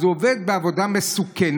אז הוא עובד בעבודה מסוכנת,